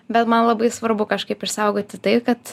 bet man labai svarbu kažkaip išsaugoti tai kad